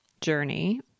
journey